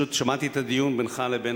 שמעתי את הדיון בינך לבין